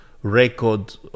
Record